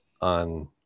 on